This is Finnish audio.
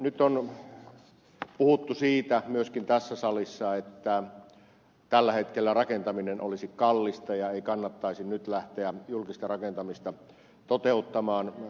nyt on puhuttu myöskin tässä salissa siitä että tällä hetkellä rakentaminen olisi kallista ja ei kannattaisi nyt lähteä julkista rakentamista toteuttamaan